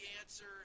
answer